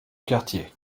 quartier